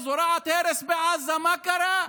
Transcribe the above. היא זורעת הרס בעזה, מה קרה?